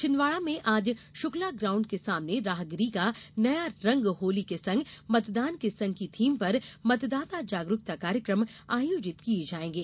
छिन्दवाड़ा में आज श्क्ला ग्राउण्ड के सामने राहगिरी का नया रंग होली के रंग मतदान के संग की थीम पर मतदाता जागरूकता कार्यक्रम आयोजित किये जायेंगे